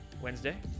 Wednesday